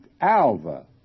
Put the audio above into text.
Alva